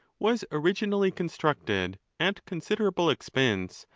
was originally constructed, at considerable expense,